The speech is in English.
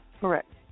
Correct